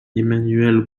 emmanuel